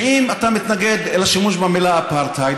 שאם אתה מתנגד לשימוש במילה "אפרטהייד",